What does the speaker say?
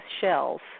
shells